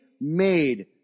made